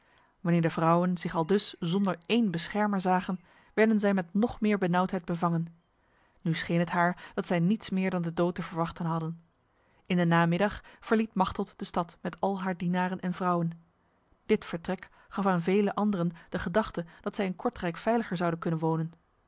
wanneer de vrouwen zich aldus zonder één beschermer zagen werden zij met nog meer benauwdheid bevangen nu scheen het haar dat zij niets meer dan de dood te verwachten hadden in de namiddag verliet machteld de stad met al haar dienaren en vrouwen dit vertrek gaf aan vele anderen de gedachte dat zij in kortrijk veiliger zouden kunnen wonen